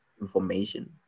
information